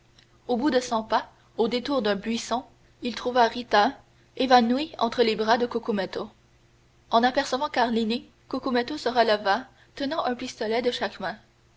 au bout de cent pas au détour d'un buisson il trouva rita évanouie entre les bras de cucumetto en apercevant carlini cucumetto se releva tenant un pistolet de chaque main